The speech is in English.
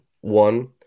one